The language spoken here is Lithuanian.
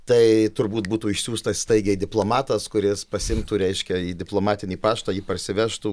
tai turbūt būtų išsiųstas staigiai diplomatas kuris pasiimtų reiškia į diplomatinį paštą jį parsivežtų